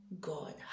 god